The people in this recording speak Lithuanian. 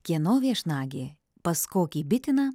kieno viešnagė pas kokį bitiną